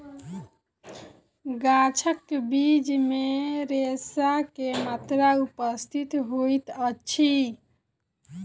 गाछक बीज मे रेशा के मात्रा उपस्थित होइत अछि